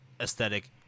aesthetic